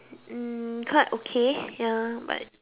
hmm quite okay ya but